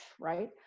right